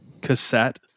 cassette